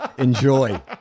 Enjoy